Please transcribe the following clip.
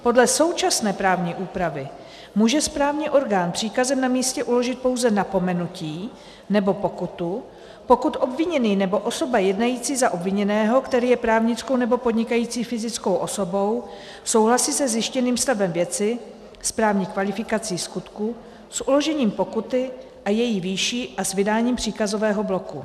Podle současné právní úpravy může správní orgán příkazem na místě uložit pouze napomenutí nebo pokutu, pokud obviněný nebo osoba jednající za obviněného, který je právnickou nebo podnikající fyzickou osobou, souhlasí se zjištěným stavem věci, správní kvalifikací skutku, s uložením pokuty a její výší a s vydáním příkazového bloku.